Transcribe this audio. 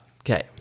Okay